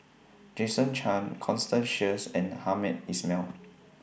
Jason Chan Constance Sheares and Hamed Ismail